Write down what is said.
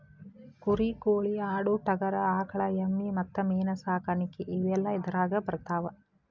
ಕುರಿ ಕೋಳಿ ಆಡು ಟಗರು ಆಕಳ ಎಮ್ಮಿ ಮತ್ತ ಮೇನ ಸಾಕಾಣಿಕೆ ಇವೆಲ್ಲ ಇದರಾಗ ಬರತಾವ